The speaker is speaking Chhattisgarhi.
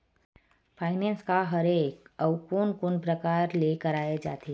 फाइनेंस का हरय आऊ कोन कोन प्रकार ले कराये जाथे?